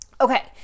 Okay